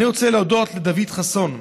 אני רוצה להודות לדוד חסון,